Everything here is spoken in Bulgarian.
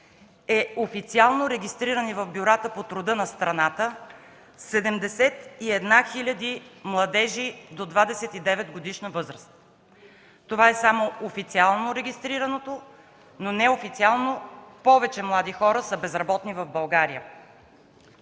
е официално регистриран и в бюрата по труда на страната – 71 хиляди младежи до 29-годишна възраст. Това е само официално регистрираното, но неофициално повече млади хора са безработни в България.